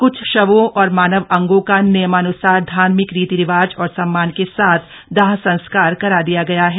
कुछ शवों और मानव अंगों का का नियमान्सार धार्मिक रीति रिवाजों और सम्मान के साथ दाह संस्कार करा दिया गया है